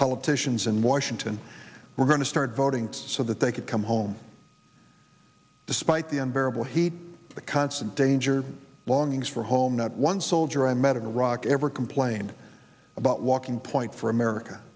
politicians in washington were going to start voting so that they could come home despite the unbearable heat the constant danger longings for home not one soldier i met in iraq ever complained about walking point for america